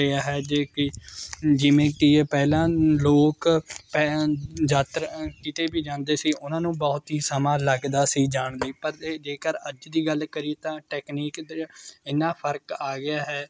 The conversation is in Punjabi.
ਰਿਹਾ ਹੈ ਜੇ ਕਿ ਜਿਵੇਂ ਕਿ ਪਹਿਲਾਂ ਲੋਕ ਯਾਤਰ ਕਿਤੇ ਵੀ ਜਾਂਦੇ ਸੀ ਉਹਨਾਂ ਨੂੰ ਬਹੁਤ ਹੀ ਸਮਾਂ ਲੱਗਦਾ ਸੀ ਜਾਣ ਲਈ ਪਰ ਜੇ ਜੇਕਰ ਅੱਜ ਦੀ ਗੱਲ ਕਰੀਏ ਤਾਂ ਟੈਕਨੀਕ ਦੇ ਐਨਾ ਫਰਕ ਆ ਗਿਆ ਹੈ